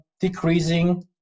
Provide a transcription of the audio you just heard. decreasing